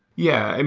yeah. and